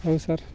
ହଉ ସାର୍